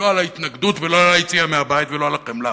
לא על ההתנגדות ולא על היציאה מהבית ולא על החמלה,